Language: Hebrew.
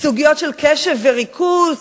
סוגיות של קשב וריכוז,